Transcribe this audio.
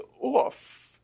off